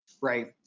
Right